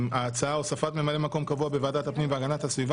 קביעת ממלא-מקום קבוע בוועדת הפנים והגנת הסביבה